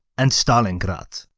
and stalingrad.